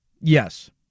Yes